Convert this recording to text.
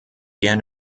gern